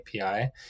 API